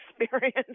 experience